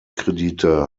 kredite